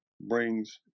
brings